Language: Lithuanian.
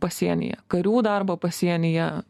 pasienyje karių darbą pasienyje